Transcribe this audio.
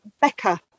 Becker